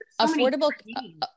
Affordable